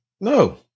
no